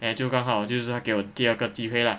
then 就刚好就是她就给我第二个机会 lah